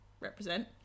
represent